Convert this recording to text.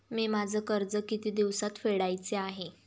मी माझे कर्ज किती दिवसांत फेडायचे आहे?